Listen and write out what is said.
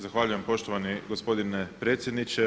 Zahvaljujem poštovani gospodine predsjedniče.